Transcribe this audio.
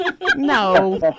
no